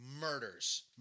murders